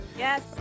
Yes